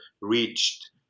reached